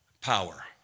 power